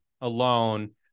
alone